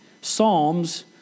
Psalms